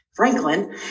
Franklin